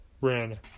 ran